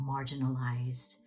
marginalized